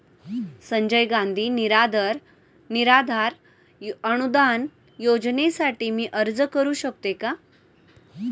संजय गांधी निराधार अनुदान योजनेसाठी मी अर्ज करू शकते का?